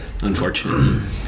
Unfortunately